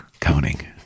counting